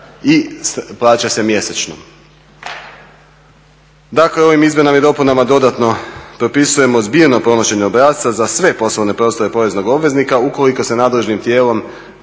i plaća se mjesečno. Dakle, ovim izmjenama i dopunama dodatno propisujemo zbirno podnošenje obrasca za sve poslovne prostore poreznog obveznika ukoliko se nadležnim za